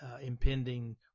impending